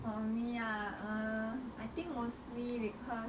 for me ah err I think mostly because